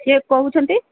କିଏ କହୁଛନ୍ତି